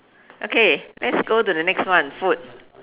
okay let's go to the next one food